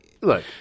look